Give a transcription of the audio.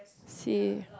see